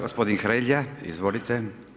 Gospodin Hrelja, izvolite.